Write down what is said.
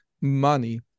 money